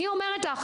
אני אומרת לך,